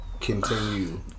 continue